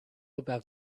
about